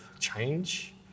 Change